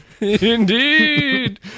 Indeed